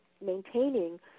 maintaining